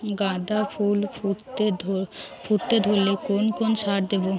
গাদা ফুল ফুটতে ধরলে কোন কোন সার দেব?